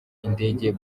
indege